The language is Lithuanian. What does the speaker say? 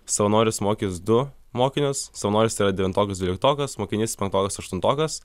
savanoris mokys du mokinius savanoris tai yra devintokas dvyliktokas mokinys penktokas aštuntokas